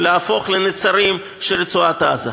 להפוך לנצרים של רצועת-עזה.